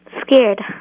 scared